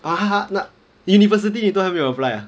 !huh! 那 university 你都还没有 apply ah